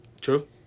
True